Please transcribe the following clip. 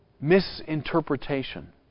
misinterpretation